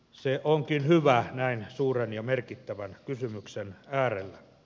se onkin hyvä näin suuren ja merkittävän kysymyksen äärellä